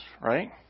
right